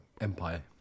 Empire